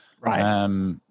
Right